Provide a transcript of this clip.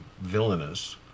villainous